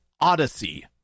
Odyssey